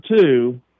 two